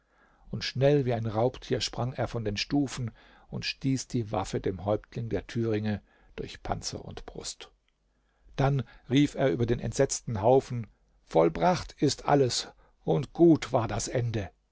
und schnell wie ein raubtier sprang er von den stufen und stieß die waffe dem häuptling der thüringe durch panzer und brust dann rief er über den entsetzten haufen vollbracht ist alles und gut war das ende